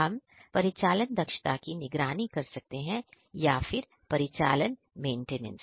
हम परिचालन दक्षता की निगरानी कर सकते हैं या फिर परिचालन मेंटेनेंस की